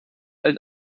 als